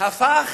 הפך